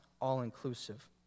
all-inclusive